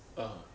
uh